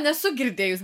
nesu girdėjusi